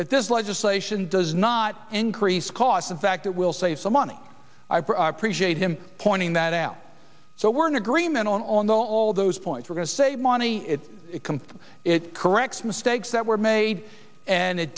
that this legislation does not increase costs in fact it will save some money i've appreciated him pointing that out so we're in agreement on the all those points we're going to save money it it corrects mistakes that were made and it